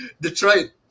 Detroit